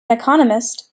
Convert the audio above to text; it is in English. economist